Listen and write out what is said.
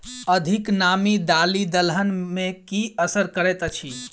अधिक नामी दालि दलहन मे की असर करैत अछि?